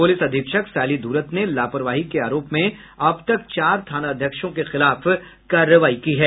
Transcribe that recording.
police अधीक्षक सायली धुरत ने लापरवाही के आरोप में अब तक चार थानाध्यक्षों के खिलाफ कार्रवाई की है